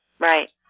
Right